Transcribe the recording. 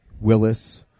Willis